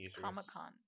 comic-con